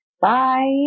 bye